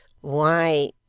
Why